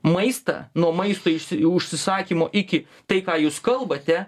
maistą nuo maisto išsi užsisakymo iki tai ką jūs kalbate